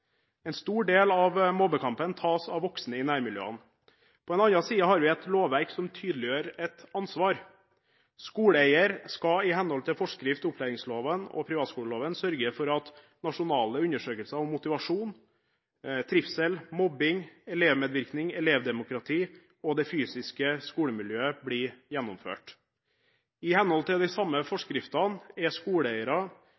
En stor del av mobbekampen tas av voksne i nærmiljøene. På den andre siden har vi et lovverk som tydeliggjør et ansvar: Skoleeier skal i henhold til forskrift i opplæringsloven og privatskoleloven sørge for at nasjonale undersøkelser om motivasjon, trivsel, mobbing, elevmedvirkning, elevdemokrati og det fysiske skolemiljøet blir gjennomført. I henhold til de samme forskriftene er skoleeiere